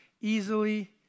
easily